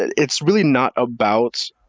it's really not about